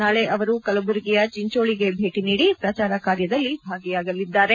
ನಾಳೆ ಅವರು ಕಲಬುರಗಿಯ ಚಿಂಚೋಳಿಗೆ ಭೇಟಿ ನೀಡಿ ಪ್ರಚಾರ ಕಾರ್ಯದಲ್ಲಿ ಭಾಗಿಯಾಗಲಿದ್ದಾರೆ